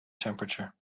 temperature